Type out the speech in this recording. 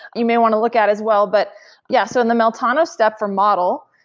you may want to look at as well, but yeah. so in the meltano step for model,